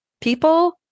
people